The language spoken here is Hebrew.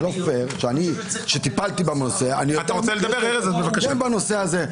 זה לא פייר שאני שטיפלתי בנושא לא יכול להתבטא בנושא הזה.